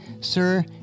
Sir